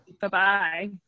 Bye-bye